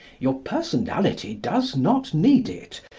your personality does not need it.